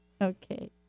Okay